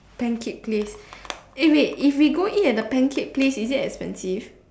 pancake place eh wait if we go eat at the pancake place is it expensive